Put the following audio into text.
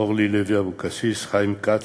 אורלי לוי אבקסיס, חיים כץ,